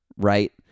Right